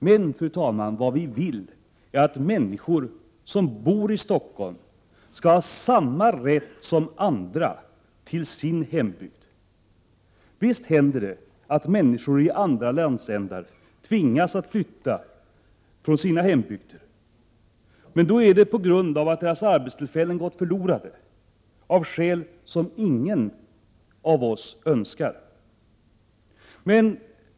Men, fru talman, vad vi vill är att människor som bor i Stockholm skall ha samma rätt som andra till sin hembygd. Visst händer det att människor i andra landsändar tvingas flytta från sina hemorter. Men då är det på grund av att deras arbetstillfällen har gått förlorade av skäl som ingen av oss önskar.